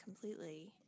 completely